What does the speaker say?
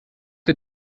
ihr